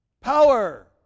Power